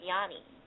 Yanni